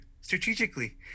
strategically